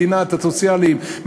מדינה סוציאלית,